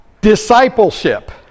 discipleship